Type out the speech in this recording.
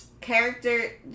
character